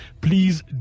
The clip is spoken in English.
please